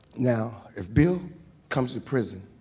now, if bill comes to prison,